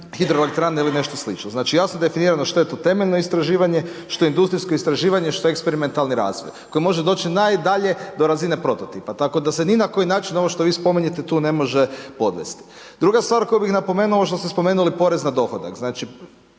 hidroelektrane ili nešto slično. Znači jasno je definirano što je to temeljno istraživanje, što industrijsko istraživanje, što eksperimentalni razvoj koji može doći najdalje do razine prototipa tako da se ni na koji način ovo što vi spominjete tu ne može podvesti. Druga stvar koju bih napomenuo ovo što ste spomenuli porez na dohodak.